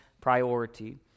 priority